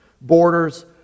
borders